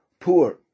poor